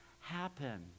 happen